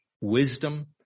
wisdom